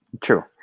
True